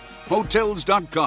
Hotels.com